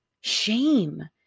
shame